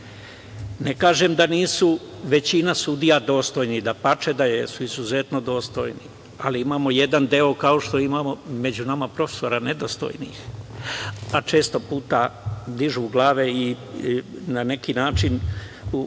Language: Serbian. Ne kažem da nisu većina sudija dostojni, dapače da jesu izuzetno dostojni, ali imamo jedan deo kao što imamo među nama profesora nedostojnih, a često puta dižu glave i na neki način remete